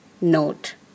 note